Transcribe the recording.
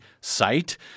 site